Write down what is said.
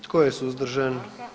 Tko je suzdržan?